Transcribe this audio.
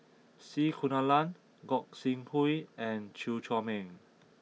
C Kunalan Gog Sing Hooi and Chew Chor Meng